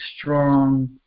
strong